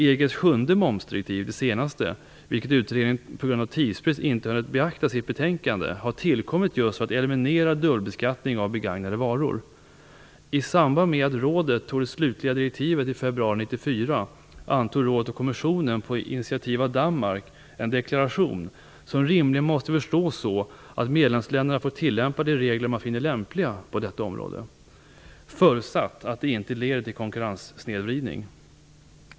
EG:s sjunde momsdirektiv, det senaste, vilket utredningen på grund av tidsbrist inte har beaktat i sitt betänkande har tillkommit just för att eliminera dubbelbeskattning av begagnade varor. I samband med att rådet tog det slutliga direktivet i februari 1994 antog rådet och kommissionen på initiativ av Danmark en deklaration som rimligen måste förstås så, att medlemsländerna får tillämpa de regler man finner lämpliga på detta område, förutsatt att de inte leder till konkurrenssnedvridning.